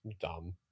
dumb